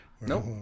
Nope